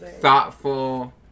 thoughtful